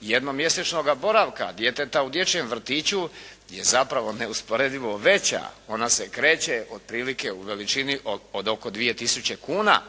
jednomjesečnoga boravka djeteta u dječjem vrtiću je zapravo neusporedivo veća. Ona se kreće otprilike u veličini od oko 2000 kuna.